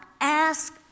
ask